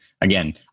again